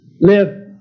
live